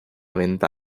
venta